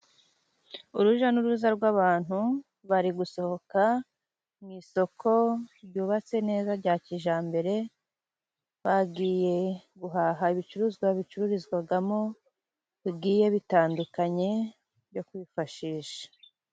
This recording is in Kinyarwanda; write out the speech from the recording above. Urujya n'uruza rw'abantu bari gusohoka mu isoko ryubatse neza rya kijyambere ,bagiye guhaha ibicuruzwa bicururizwamo bigiye bitandukanye byo kwifashisha.